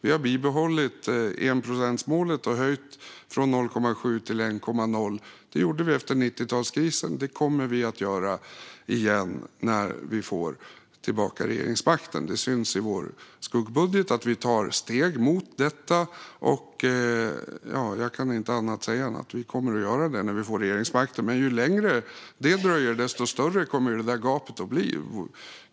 Vi har bibehållit enprocentsmålet och höjt från 0,7 till 1,0 procent. Det gjorde vi efter 90-talskrisen, och det kommer vi att göra igen när vi får tillbaka regeringsmakten. Det syns i vår skuggbudget att vi tar steg mot detta. Jag kan inte säga annat än att vi kommer att göra det när vi får regeringsmakten, men ju längre det dröjer, desto större blir gapet.